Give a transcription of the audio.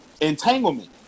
entanglement